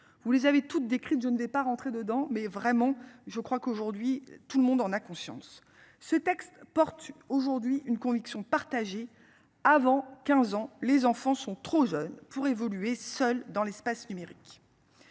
Vous les avez toutes décrivent. Je ne vais pas rentrer dedans mais vraiment je crois qu'aujourd'hui tout le monde en a conscience. Ce texte porte aujourd'hui une conviction partagée avant 15 ans, les enfants sont trop jeunes pour évoluer seul dans l'espace numérique.